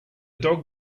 dog